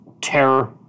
terror